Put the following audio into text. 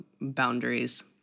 boundaries